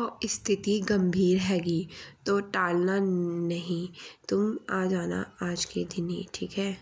और स्थिति गंभीर हेगी तो टालना नहीं। तुम आ जाना आज के दिन ही ठीक है।